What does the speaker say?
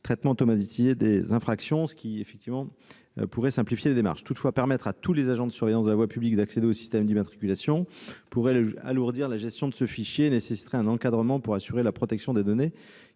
traitement automatisé des infractions, ce qui simplifierait les démarches. Toutefois, permettre à tous les agents de surveillance de la voie publique d'accéder au système d'immatriculation des véhicules pourrait alourdir la gestion de ce fichier et nécessiterait un encadrement pour assurer la protection des données